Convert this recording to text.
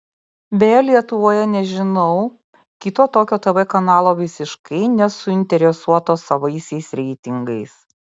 beje lietuvoje nežinau kito tokio tv kanalo visiškai nesuinteresuoto savaisiais reitingais